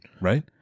right